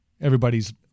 everybody's